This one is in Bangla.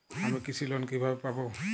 আমি কৃষি লোন কিভাবে পাবো?